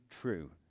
true